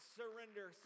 surrender